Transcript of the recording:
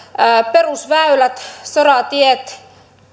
perusväylät soratiet